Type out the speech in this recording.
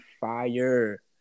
fire